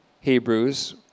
Hebrews